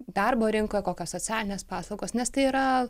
darbo rinkoje kokios socialinės paslaugos nes tai yra